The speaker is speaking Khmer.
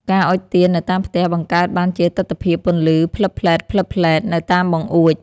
ការអុជទៀននៅតាមផ្ទះ បង្កើតបានជាទិដ្ឋភាពពន្លឺភ្លឹបភ្លែតៗនៅតាមបង្អួច។